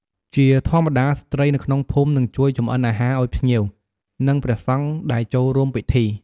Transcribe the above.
ជាធម្មតា ស្ត្រីនៅក្នុងភូមិ និងជួយចម្អិនអាហារឲ្យភ្ញៀវ និងព្រះសង្ឃដែលចូលរួមពិធី។